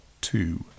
two